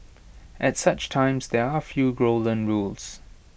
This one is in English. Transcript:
at such times there are A few golden rules